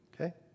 Okay